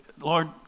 Lord